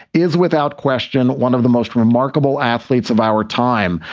is without question one of the most remarkable athletes of our time.